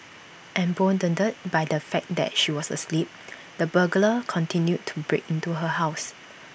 emboldened by the fact that she was asleep the burglar continued to break into her house